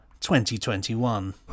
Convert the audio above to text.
2021